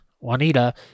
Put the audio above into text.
Juanita